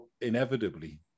inevitably